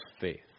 faith